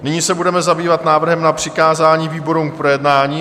Nyní se budeme zabývat návrhem na přikázání výborům k projednání.